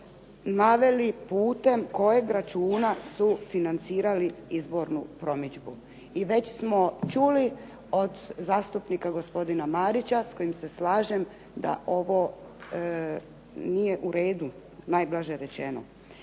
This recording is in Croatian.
naveli putem kojeg računa su financirali izbornu promidžbu. I već smo čuli od zastupnika gospodina Marića s kojim se slažem da ovo nije u redu, najblaže rečeno.